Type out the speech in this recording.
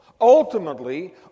ultimately